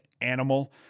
animal